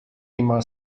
ima